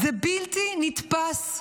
זה בלתי נתפס.